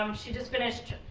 um she just finished,